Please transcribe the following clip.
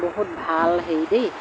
বহুত ভাল হেৰি দেই